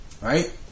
right